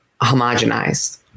homogenized